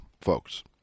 folks